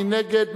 מי נגד?